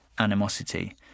animosity